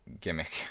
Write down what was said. gimmick